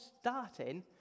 starting